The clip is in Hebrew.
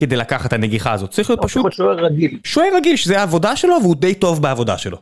כדי לקחת את הנגיחה הזאת. צריך להיות פשוט... שוער רגיל. שוער רגיל, שזה העבודה שלו והוא די טוב בעבודה שלו.